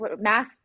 mass